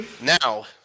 Now